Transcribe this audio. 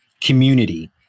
community